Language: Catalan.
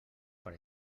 per